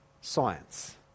science